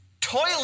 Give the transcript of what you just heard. toilet